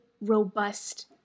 robust